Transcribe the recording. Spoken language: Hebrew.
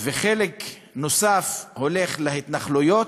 וחלק נוסף הולך להתנחלויות,